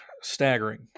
Staggering